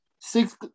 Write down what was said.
six